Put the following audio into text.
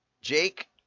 Jake